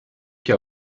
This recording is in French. qu’à